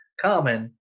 common